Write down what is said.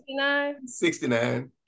69